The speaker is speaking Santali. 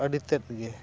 ᱟᱹᱰᱤ ᱛᱮᱫᱜᱮ